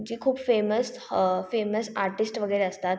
जे खूप famous famous artist वगैरे असतात